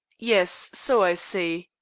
yes, so i see.